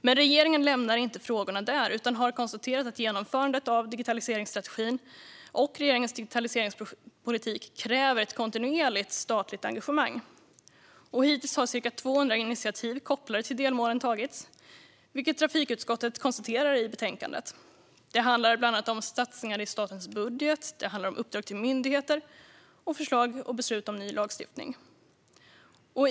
Men regeringen lämnar inte frågorna där utan har konstaterat att genomförandet av digitaliseringsstrategin och regeringens digitaliseringspolitik kräver ett kontinuerligt statligt engagemang. Hittills har ca 200 initiativ kopplade till delmålen tagits, vilket trafikutskottet konstaterar i betänkandet. Det handlar bland annat om satsningar i statens budget, uppdrag till myndigheter samt förslag och beslut om ny lagstiftning.